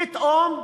פתאום,